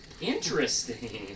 Interesting